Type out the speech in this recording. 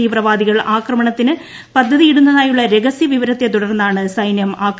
തീവ്രവാദികൾ ആക്രമണത്തിന് പദ്ധതിയിടുന്നതായുള്ള രഹസ്യ വിവരത്തെ തുടർന്നാണ് സൈന്യം ആക്രമണം നടത്തിയത്